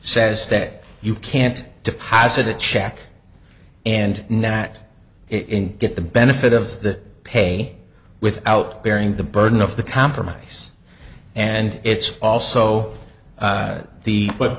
says that you can't deposit a check and net in get the benefit of that pay without bearing the burden of the compromise and it's also the but